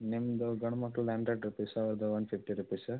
ನಿಮ್ಮದು ಗಂಡು ಮಕ್ಳದ್ದು ಅಂಡ್ರೆಡ್ ರುಪೀಸು ಅವ್ರ್ದು ಒನ್ ಫಿಫ್ಟಿ ರುಪೀಸ್